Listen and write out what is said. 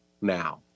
now